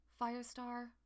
Firestar